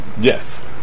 Yes